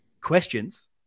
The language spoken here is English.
questions